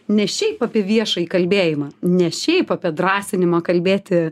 ne šiaip apie viešąjį kalbėjimą ne šiaip apie drąsinimą kalbėti